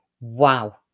Wow